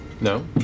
No